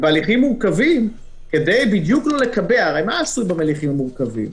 מה עשו בהליכים מורכבים?